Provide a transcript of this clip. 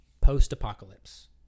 post-apocalypse